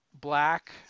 black